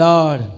Lord